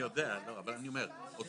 מתי תהיה לנו תשובה לזה?